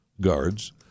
guards